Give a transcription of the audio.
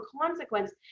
consequence